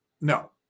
no